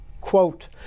Quote